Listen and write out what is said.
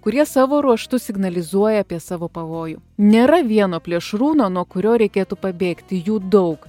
kurie savo ruožtu signalizuoja apie savo pavojų nėra vieno plėšrūno nuo kurio reikėtų pabėgti jų daug